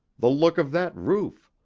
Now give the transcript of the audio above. the look of that roof,